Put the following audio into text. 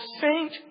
saint